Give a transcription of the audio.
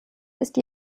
ist